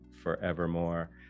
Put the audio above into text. forevermore